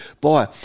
Boy